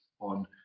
on